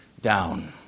down